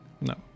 No